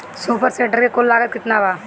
Super seeder के कुल लागत केतना बा?